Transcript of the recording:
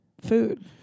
food